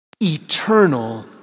eternal